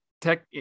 tech